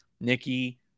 Nikki